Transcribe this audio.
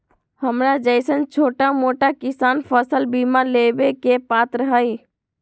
हमरा जैईसन छोटा मोटा किसान फसल बीमा लेबे के पात्र हई?